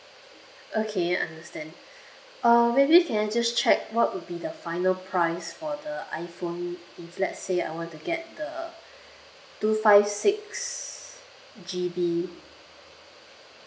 okay understand um maybe can I just check what would be the final price for the iphone if let say I want to get the two five six G_B